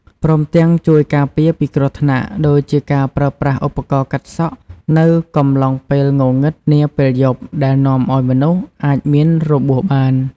ព្រមទាំងជួយការពារពីគ្រោះថ្នាក់ ដូចជាការប្រើប្រាស់ឧបករណ៍កាត់សក់ នៅកំឡុងពេលងងឹតនាពេលយប់ដែលនាំឲ្យមនុស្សអាចមានរបួសបាន។